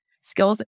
skills